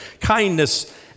kindness